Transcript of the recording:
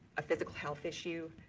a physical health issue,